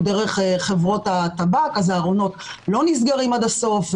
דרך חברות הטבק אז הארונות לא נסגרים עד הסוף,